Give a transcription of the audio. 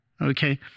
Okay